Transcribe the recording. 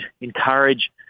encourage